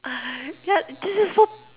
yeah this this is so